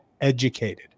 educated